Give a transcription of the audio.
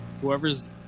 whoever's